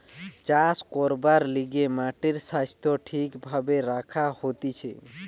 চাষ করবার লিগে মাটির স্বাস্থ্য ঠিক ভাবে রাখা হতিছে